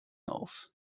auf